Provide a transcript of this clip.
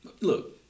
Look